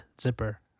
zipper